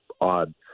odd